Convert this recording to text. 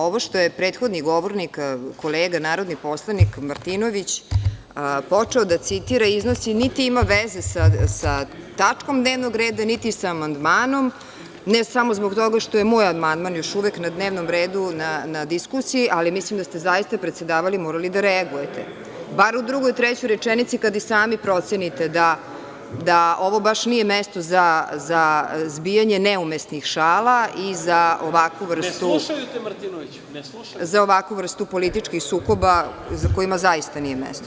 Ovo što je prethodni govornik, kolega narodni poslanik Martinović, počeo da citira, iznosi, niti ima veze sa tačkom dnevnog reda, niti sa amandmanom, ne samo zbog toga što je moj amandmana još uvek na dnevnom redu, na diskusiji, ali mislim da ste zaista, predsedavajući, morali da reagujete, bar u drugoj, trećoj rečenici kad i sami procenite da ovo baš nije mesto za zbijanje neumesnih šala i za ovakvu vrstu političkih sukoba kojima zaista nije mesto.